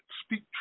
speak